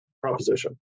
proposition